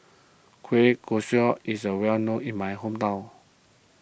Kueh Kosui is a well known in my hometown